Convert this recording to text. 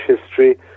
history